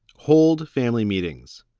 hold family meetings.